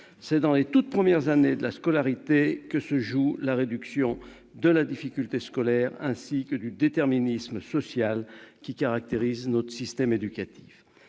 C'est dans les toutes premières années de la scolarité que se joue la réduction de la difficulté scolaire, ainsi que du déterminisme social qui caractérise notre système éducatif.